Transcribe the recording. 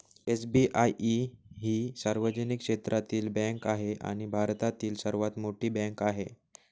SBI ही सार्वजनिक क्षेत्रातील बँक आहे आणि भारतातील सर्वात मोठी बँक आहे